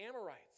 Amorites